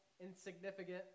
insignificant